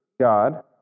God